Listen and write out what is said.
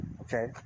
Okay